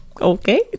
okay